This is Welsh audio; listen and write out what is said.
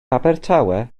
abertawe